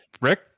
Rick